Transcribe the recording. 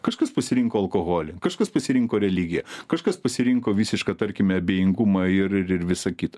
kažkas pasirinko alkoholį kažkas pasirinko religiją kažkas pasirinko visišką tarkime abejingumą ir ir ir visą kitą